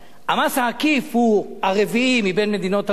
המס העקיף הוא הרביעי מבין מדינות ה-OECD,